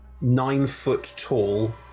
nine-foot-tall